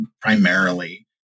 primarily